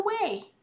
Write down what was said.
away